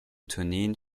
tourneen